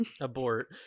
Abort